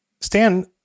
Stan